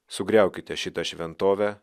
sugriaukite šitą šventovę